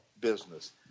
business